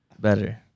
better